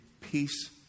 peace